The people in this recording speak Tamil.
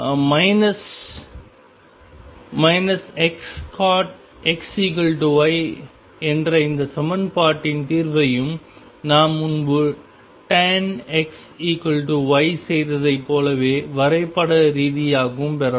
மைனஸ் Xcot X Y என்ற இந்த சமன்பாட்டின் தீர்வையும் நாம் முன்புtan X Y செய்ததைப் போலவே வரைபட ரீதியாகவும் பெறலாம்